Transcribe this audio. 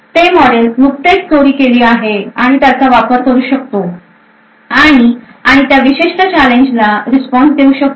ते मॉडेल जे नुकतेच चोरी केली आहे त्याचा वापर करू शकतो आणि आणि त्या विशिष्ट चॅलेंज ला रिस्पॉन्स देऊ शकतो